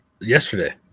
Yesterday